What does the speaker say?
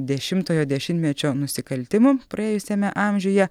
dešimtojo dešimtmečio nusikaltimų praėjusiame amžiuje